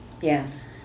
Yes